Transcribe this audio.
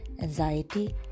anxiety